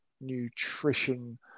nutrition